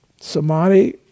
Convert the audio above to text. Samadhi